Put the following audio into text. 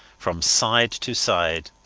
from side to side.